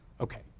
Okay